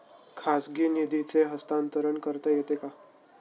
खाजगी निधीचे हस्तांतरण करता येते का?